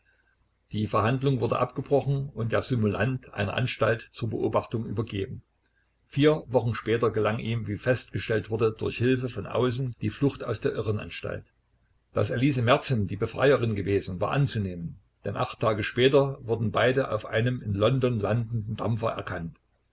die verhandlung wurde abgebrochen und der simulant einer anstalt zur beobachtung übergeben vier wochen später gelang ihm wie festgestellt wurde durch hilfe von außen die flucht aus der irrenanstalt daß elise merten die befreierin gewesen war anzunehmen denn acht tage später wurden beide auf einem in london landenden dampfer erkannt